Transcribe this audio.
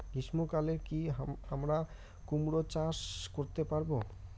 গ্রীষ্ম কালে কি আমরা কুমরো চাষ করতে পারবো?